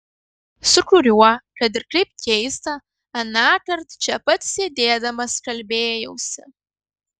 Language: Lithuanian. su kuriuo kad ir kaip keista anąkart čia pat sėdėdamas kalbėjausi